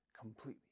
completely